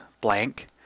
blank